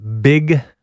big